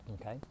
Okay